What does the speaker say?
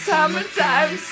Summertime